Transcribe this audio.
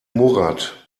murad